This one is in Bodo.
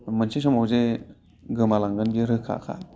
मोनसे समाव जे गोमालांगोन बे रोखाखा